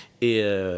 et